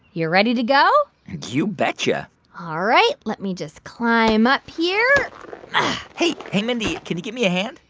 you ready to go? you bet you yeah ah all right. let me just climb up here hey, hey, mindy, can you give me a hand?